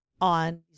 on